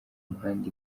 umuhanda